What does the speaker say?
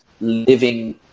living